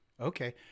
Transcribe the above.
Okay